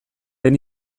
den